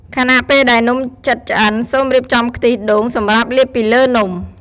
ខណៈពេលដែលនំជិតឆ្អិន សូមរៀបចំខ្ទិះដូងសម្រាប់លាបពីលើនំ។